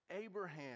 Abraham